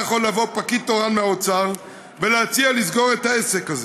היה יכול לבוא פקיד תורן מהאוצר ולהציע לסגור את העסק הזה.